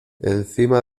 encima